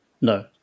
No